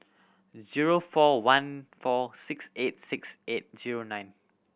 zero four one four six eight six eight zero nine